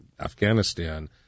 Afghanistan